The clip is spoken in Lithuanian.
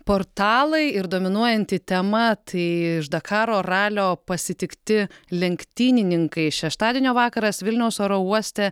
portalai ir dominuojanti tema tai iš dakaro ralio pasitikti lenktynininkai šeštadienio vakaras vilniaus oro uoste